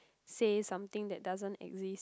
say something that doesn't exist